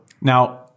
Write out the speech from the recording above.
Now